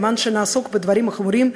כדי שנעסוק בדברים החמורים,